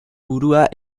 burua